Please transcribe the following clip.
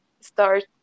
start